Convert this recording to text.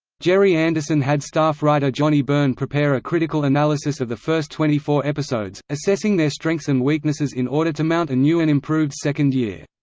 gerry anderson had staff writer johnny byrne prepare a critical analysis of the first twenty-four episodes, assessing their strengths and weaknesses in order to mount a new and improved second year.